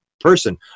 person